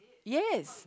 yes